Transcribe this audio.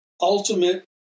ultimate